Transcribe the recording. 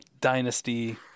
dynasty